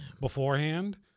beforehand